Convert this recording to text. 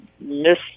miss